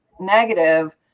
negative